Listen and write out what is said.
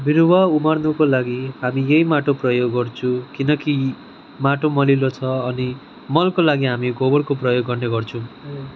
बिरुवा उमार्नुको लागि हामी यही माटो प्रयोग गर्छौँ किनकि माटो मलिलो छ अनि मलको लागि हामी गोबरको प्रयोग गर्ने गर्छौँ